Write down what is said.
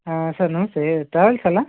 ಹಾಂ sir Namaste travels ಅಲ್ಲ